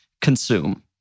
consume